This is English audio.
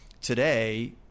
today